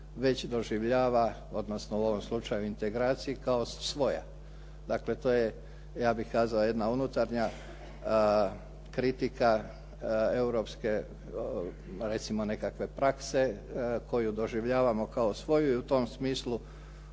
već doživljava, odnosno u ovom slučaju integraciji kao svoja. Dakle, to je ja bih kazao jedna unutarnja kritika europske recimo nekakve prakse koju doživljavamo kao svoju i u tom smislu